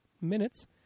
minutes